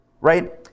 right